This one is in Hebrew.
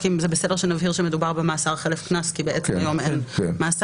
אם זה בסדר שנבהיר שמדובר במאסר חלף קנס כי בעצם היום אין מאסר.